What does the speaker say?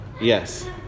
Yes